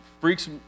freaks